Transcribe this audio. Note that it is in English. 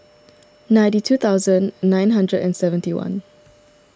ninety two thousand nine hundred and seventy one